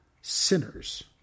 sinners